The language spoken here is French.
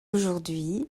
aujourd’hui